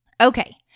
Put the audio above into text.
Okay